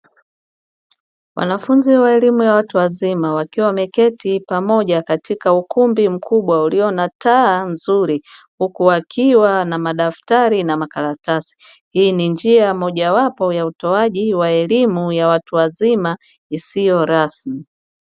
Wanafunzi wa elimu ya watu wazima wakiwa wameketi pamoja katika ukumbi mkubwa ulio na taa nzuri, huku wakiwa na madaftari na makaratasi. Hii ni njia moja wapo ya utoaji wa elimu ya watu wazima isiyo rasmi.